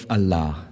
Allah